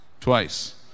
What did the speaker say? twice